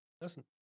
Listen